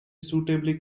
suitably